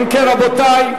אם כן, רבותי,